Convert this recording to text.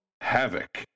Havoc